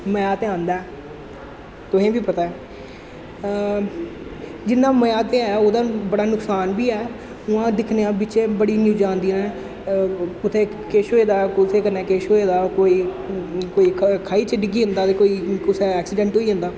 मजा ते औंदा ऐ तुसें गी बी पता ऐ जिन्ना मजा ते है ओह्दा बड़ा नुक्सान बी है उ'आं अस दिक्खने आं बिच्चें बड़ी न्यूजां औंदियां ऐ कुतै किश होए दा कुसै कन्नै किश होए दा कोई कोई खाई च डिग्गी जंदा ते कोई कुसै दा ऐक्सिडैंट होई जंदा